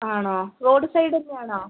ആണോ road side തന്നെ ആണോ